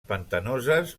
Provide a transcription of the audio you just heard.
pantanoses